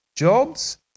Jobs